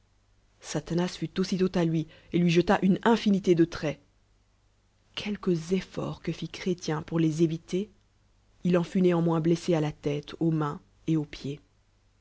satanas fut aussitôt à loi et loi jeta une infinil é de traits quelques effor cou bat f ir b rns to ubc fi reil que fil cbré ien pcur les éviter il en fut néanmoins blessé à la téic aux mains et aux pieds